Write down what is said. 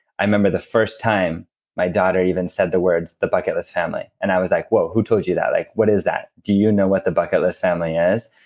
i remember the first time my daughter even said the words the bucket list family, and i was like, whoa, who told you that? like what is that? do you know what the bucket list family is?